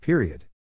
Period